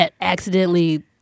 accidentally